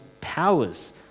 powers